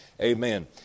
Amen